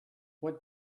what